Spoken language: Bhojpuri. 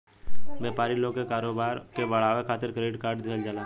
व्यापारी लोग के कारोबार के बढ़ावे खातिर क्रेडिट कार्ड दिहल जाला